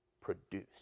produce